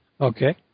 Okay